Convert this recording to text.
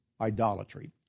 idolatry